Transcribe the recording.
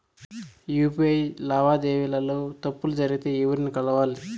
UPI లావాదేవీల లో తప్పులు జరిగితే ఎవర్ని కలవాలి?